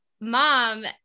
mom